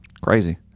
Crazy